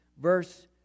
Verse